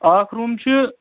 اکھ روٗم چھُ